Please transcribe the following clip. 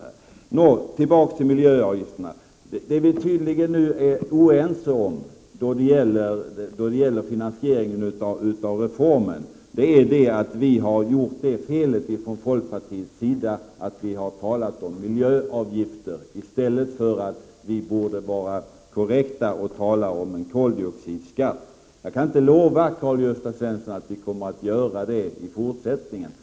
För att gå tillbaka till miljöavgifterna: Det vi nu tydligen är oense om då det gäller finansieringen av reformen har att göra med att vi från folkpartiets sida har gjort det felet att vi har talat om miljöavgifter i stället för att vara korrekta och tala om en koldioxidskatt. Jag kan inte lova Karl-Gösta Svenson att vi kommer att göra det i fortsättningen.